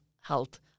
health